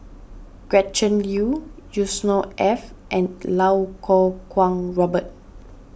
Gretchen Liu Yusnor Ef and Lau Kuo Kwong Robert